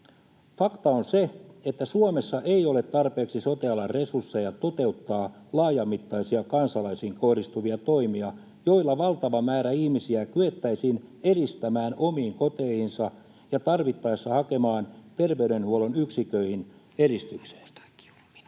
Fakta on se, että Suomessa ei ole tarpeeksi sote-alan resursseja toteuttaa laajamittaisia kansalaisiin kohdistuvia toimia, joilla valtava määrä ihmisiä kyettäisiin eristämään omiin koteihinsa ja tarvittaessa hakemaan terveydenhuollon yksiköihin eristyksestä.